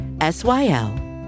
S-Y-L